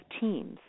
teams